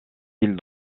îles